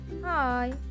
Hi